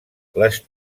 les